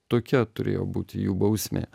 tokia turėjo būti jų bausmė